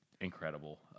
incredible